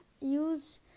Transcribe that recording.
use